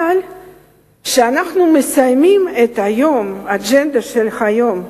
אבל כשאנחנו מסיימים את היום, האג'נדה של היום,